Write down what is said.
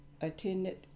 attended